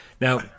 Now